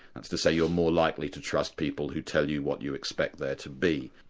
that's to say you're more likely to trust people who tell you what you expect there to be.